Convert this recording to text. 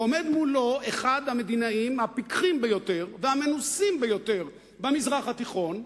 ועומד מולו אחד המדינאים הפיקחים ביותר והמנוסים ביותר במזרח התיכון,